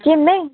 जी मैं